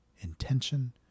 intention